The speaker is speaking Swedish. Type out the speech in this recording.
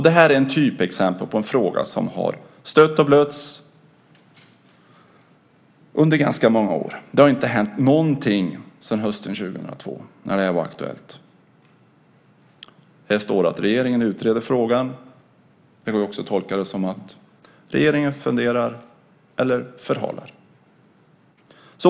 Detta är ett typexempel på en fråga som har stötts och blötts under ganska många år. Det har inte hänt någonting sedan hösten år 2002 när det var aktuellt. Det står att regeringen utreder frågan. Vi kan också tolka det som att regeringen funderar eller förhalar.